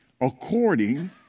according